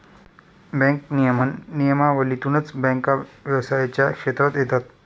bank नियमन नियमावलीतूनच बँका व्यवसायाच्या क्षेत्रात येतात